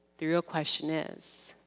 the real question is